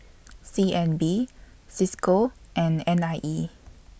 C N B CISCO and N I E